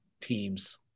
teams